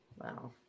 Wow